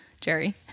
Jerry